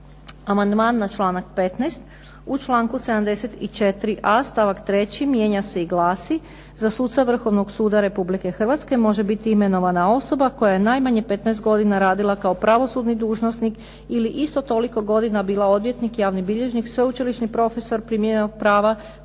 Amandman na članak 15., u članku 74.a stavak 3. mijenja se i glasi: "za suca Vrhovnog suda Republike Hrvatske može biti imenovana osoba koja je najmanje 15 godina radila kao pravosudni dužnosnik ili isto toliko godina bila odvjetnik, javni bilježnik, sveučilišni profesor primijenjenog prava